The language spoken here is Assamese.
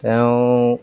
তেওঁ